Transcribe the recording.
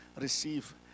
receive